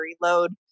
reload